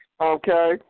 okay